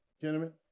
gentlemen